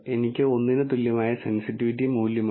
എനിക്ക് ഒന്നിന് തുല്യമായ സെൻസിറ്റിവിറ്റി മൂല്യമുണ്ട്